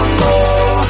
more